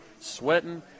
sweating